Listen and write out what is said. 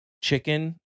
Chicken